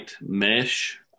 mesh